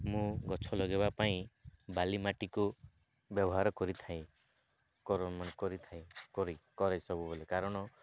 ମୁଁ ଗଛ ଲଗେଇବା ପାଇଁ ବାଲି ମାଟିକୁ ବ୍ୟବହାର କରିଥାଏ କରିଥାଏ କରି କରେ ସବୁବେଳେ କାରଣ